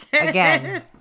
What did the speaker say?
again